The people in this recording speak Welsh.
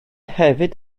hefyd